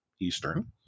Eastern